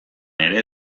ere